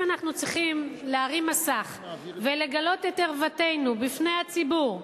אם אנחנו צריכים להרים מסך ולגלות את ערוותנו בפני הציבור,